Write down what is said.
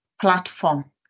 platform